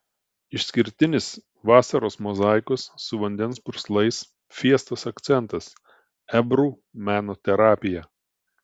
išskirtinis vasaros mozaikos su vandens purslais fiestos akcentas ebru meno terapija